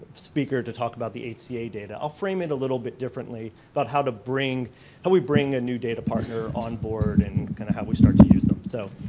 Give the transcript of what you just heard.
speaker to talk about the hca data. i'll frame it a little bit differently about how to bring how we bring a new data partner on board and kind of how we start to use them. so